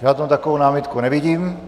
Žádnou takovou námitku nevidím.